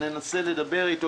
שננסה לדבר אתו?